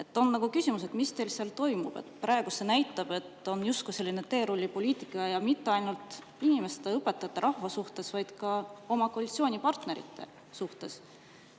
Tekib küsimus, et mis teil seal toimub. See näitab, et on justkui selline teerullipoliitika ja mitte ainult õpetajate ja kogu rahva suhtes, vaid ka oma koalitsioonipartnerite suhtes.